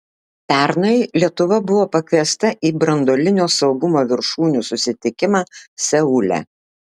pernai lietuva buvo pakviesta į branduolinio saugumo viršūnių susitikimą seule